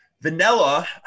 Vanilla